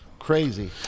Crazy